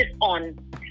on